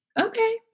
okay